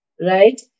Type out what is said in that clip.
Right